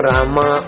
Rama